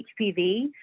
HPV